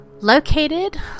Located